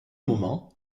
moment